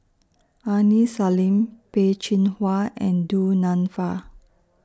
Aini Salim Peh Chin Hua and Du Nanfa